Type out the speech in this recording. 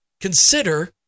consider